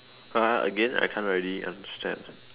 !huh! again I can't really understand